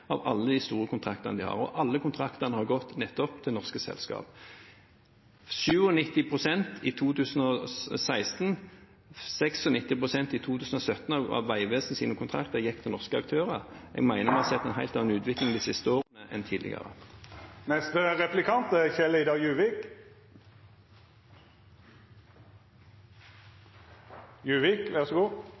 av alle de store kontraktene de har, og alle kontraktene har gått nettopp til norske selskaper. 97 pst. i 2016 og 96 pst. i 2017 av Vegvesenets kontrakter gikk til norske aktører. Jeg mener vi de siste årene har sett en helt annen utvikling enn tidligere.